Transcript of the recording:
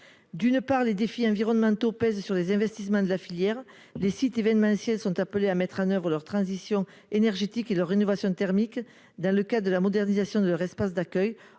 d'une part les défis environnementaux pèse sur des investissements de la filière, les sites événementiels sont appelés à mettre en oeuvre ou leur transition énergétique, il leur rénovation thermique dans le cas de la modernisation de leur espace d'accueil,